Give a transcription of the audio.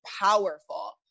powerful